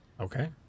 Okay